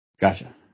Gotcha